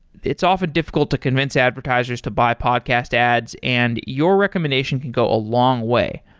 it's often difficult to convince advertisers to buy podcast ads and your recommendation can go a long way.